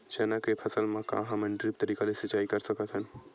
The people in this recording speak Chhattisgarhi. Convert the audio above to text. चना के फसल म का हमन ड्रिप तरीका ले सिचाई कर सकत हन?